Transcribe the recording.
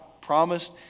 promised